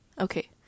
Okay